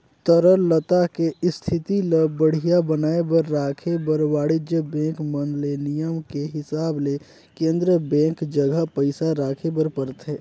तरलता के इस्थिति ल बड़िहा बनाये बर राखे बर वाणिज्य बेंक मन ले नियम के हिसाब ले केन्द्रीय बेंक जघा पइसा राखे बर परथे